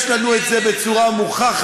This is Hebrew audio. יש לנו את זה בצורה מוכחת,